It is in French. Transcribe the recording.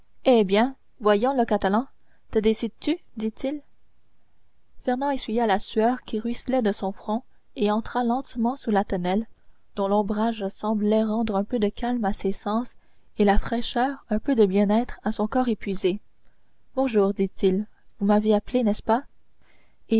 eh bien voyons le catalan te décides tu dit-il fernand essuya la sueur qui ruisselait de son front et entra lentement sous la tonnelle dont l'ombrage sembla rendre un peu de calme à ses sens et la fraîcheur un peu de bien-être à son corps épuisé bonjour dit-il vous m'avez appelé n'est-ce pas